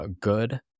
good